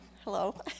Hello